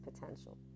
potential